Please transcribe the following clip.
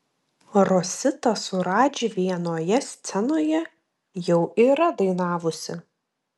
rosita su radži vienoje scenoje jau yra dainavusi